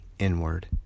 inward